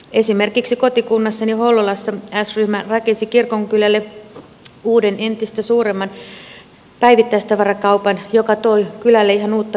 esimerkiksi kotikunnassani hollolassa s ryhmä rakensi kirkonkylälle uuden entistä suuremman päivittäistavarakaupan joka toi kylälle ihan uutta vireyttä